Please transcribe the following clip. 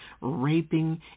raping